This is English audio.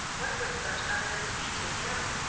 what would such evidence be to him?